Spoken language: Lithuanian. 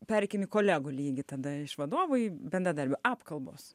pereikim į kolegų lygį tada iš vadovų į bendradarbių apkalbos